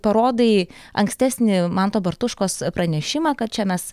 parodai ankstesnį manto bartuškos pranešimą kad čia mes